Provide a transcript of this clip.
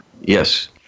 Yes